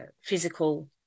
physical